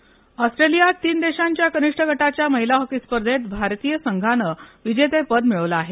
महिला हॉकी ऑस्ट्रेलियात तीन देशांच्या कनिष्ठ गटाच्या महिला हॉकी स्पर्धेत भारतीय संघान विजेतेपद मिळवलं आहे